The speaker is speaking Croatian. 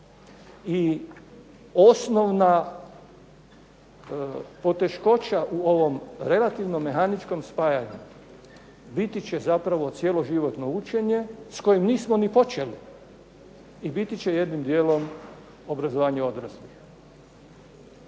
I osnovna poteškoća u ovom relativno mehaničkom spajanju biti će zapravo cijeloživotno učenje s kojim nismo ni počeli i biti će jednim dijelom obrazovanje odraslih.